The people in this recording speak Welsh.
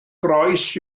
groes